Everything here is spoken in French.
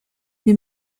les